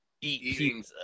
eating